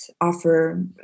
offer